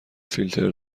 فیلتر